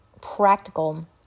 practical